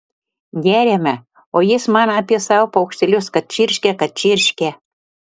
geriame o jis man apie savo paukštelius kad čirškia kad čirškia